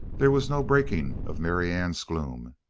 there was no breaking of marianne's gloom.